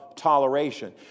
toleration